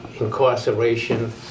incarceration